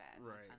Right